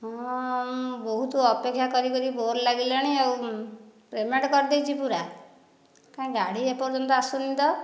ହଁ ମୁଁ ବହୁତ ଅପେକ୍ଷା କରି କରି ବୋର୍ ଲାଗିଲାଣି ଆଉ ପେମେଣ୍ଟ କରିଦେଇଛି ପୁରା କାହିଁ ଗାଡି ଏପର୍ଯ୍ୟନ୍ତ ଆସୁନି ତ